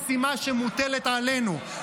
אבל "ואתם תחרישון" זאת משימה שמוטלת עלינו,